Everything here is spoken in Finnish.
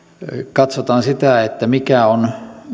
katsotaan sitä että mikä on